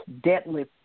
deadly